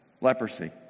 leprosy